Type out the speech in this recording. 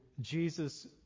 Jesus